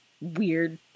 weird